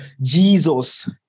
Jesus